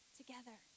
together